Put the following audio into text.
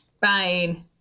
Fine